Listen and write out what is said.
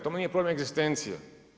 Tamo nije problem egzistencija.